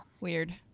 Weird